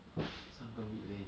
三个 mid lane